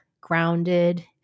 grounded